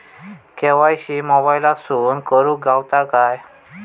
KYC मोबाईलातसून करुक गावता काय?